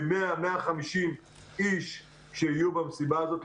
ל-100, 150 איש שיהיו במסיבה הזאת.